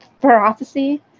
prophecy